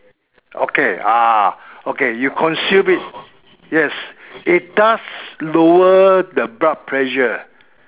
okay ah okay you consume it yes it does lower the blood pressure